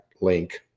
link